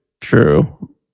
True